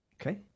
Okay